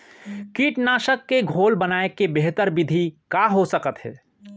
कीटनाशक के घोल बनाए के बेहतर विधि का हो सकत हे?